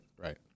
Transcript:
Right